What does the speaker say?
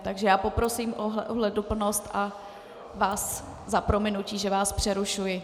Takže poprosím o ohleduplnost a vás za prominutí, že vás přerušuji.